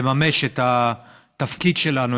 לממש את התפקיד שלנו,